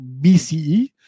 BCE